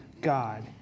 God